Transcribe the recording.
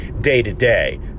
day-to-day